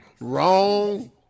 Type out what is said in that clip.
Wrong